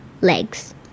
legs